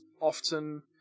often